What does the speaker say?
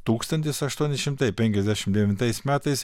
tūkstantis aštuoni šimtai penkiasdešim devintais metais